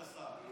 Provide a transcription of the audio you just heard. איפה לשכת הסעד?